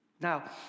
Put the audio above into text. Now